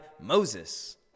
Moses